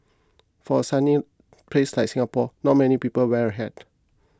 for a sunny place like Singapore not many people wear a hat